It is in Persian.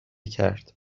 کرد